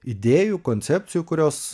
idėjų koncepcijų kurios